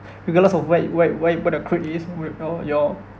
regardless of where where you put the list or your